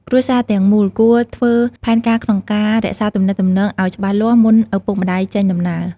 គ្រួសារទាំងមូលគួរធ្វើផែនការក្នុងការរក្សាទំនាក់ទំនងឲ្យច្បាស់លាស់ មុនឪពុកម្តាយចេញដំណើរ។